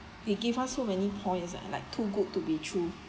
they give us so many points ah like too good to be true